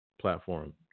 platform